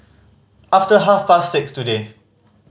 after half past six today